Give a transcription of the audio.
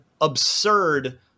absurd